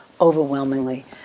overwhelmingly